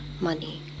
money